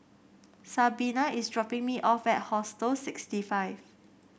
Sabina is dropping me off at Hostel sixty five